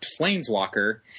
Planeswalker